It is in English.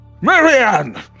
Marianne